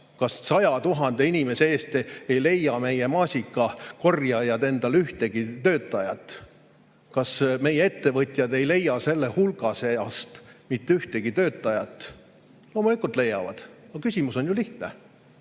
Kas 100 000 inimese seast ei leia meie maasikakasvataja endale ühtegi töötajat? Kas meie ettevõtjad ei leia selle hulga seast mitte ühtegi töötajat? Loomulikult leiavad. Aga küsimus on ju lihtne.